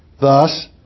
Thus